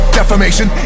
defamation